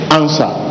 answer